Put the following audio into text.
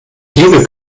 liebe